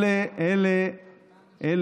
להגיד ששיתפתי פעולה, זה דורש הודעה אישית.